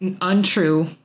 untrue